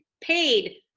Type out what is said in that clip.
paid